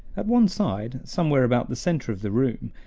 at one side, somewhere about the center of the room,